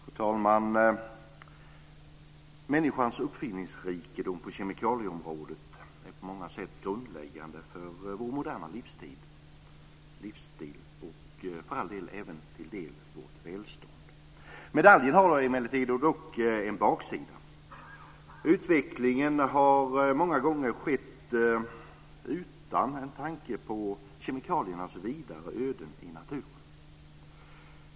Fru talman! Människans uppfinningsrikedom på kemikalieområdet är grundläggande för vår moderna livsstil och för all del även vårt välstånd. Medaljen har emellertid en baksida. Utvecklingen har många gånger skett utan en tanke på kemikaliernas vidare öden i naturen.